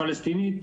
הפלסטינית,